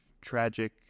tragic